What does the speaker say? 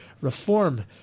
Reform